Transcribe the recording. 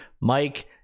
Mike